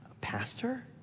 pastor